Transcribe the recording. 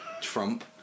Trump